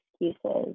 excuses